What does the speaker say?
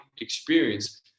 experience